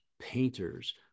painters